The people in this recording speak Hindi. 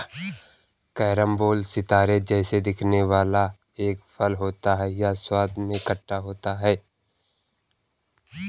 कैरम्बोला सितारे जैसा दिखने वाला एक फल होता है यह स्वाद में खट्टा होता है